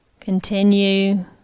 Continue